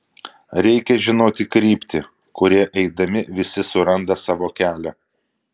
reikia žinoti kryptį kuria eidami visi suranda savo kelią